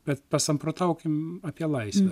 bet pasamprotaukim apie laisvę